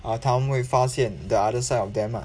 uh 他们会发现 the other side of them lah